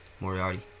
Moriarty